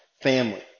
family